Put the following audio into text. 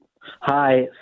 Hi